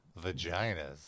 vaginas